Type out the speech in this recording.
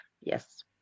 yes